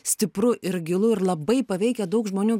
stipru ir gilu ir labai paveikia daug žmonių